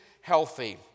healthy